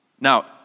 Now